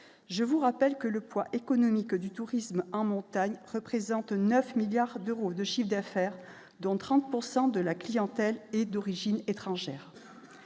je vous rappelle que le poids économique du tourisme en montagne représente 9 milliards d'euros de chiffre d'affaires dont 30 pourcent de la clientèle est d'origine étrangère,